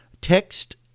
Text